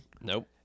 Nope